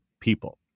people